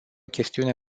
chestiune